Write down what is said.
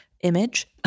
image